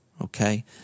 Okay